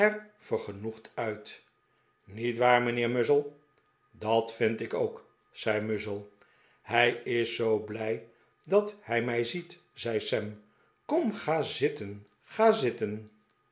vergenoegd uit niet waar mijnheer muzzle dat vind ik ook zei muzzle hij is zoo blij dat hij mij ziet zei sam kom ga zitten ga zitten